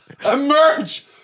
emerge